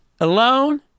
alone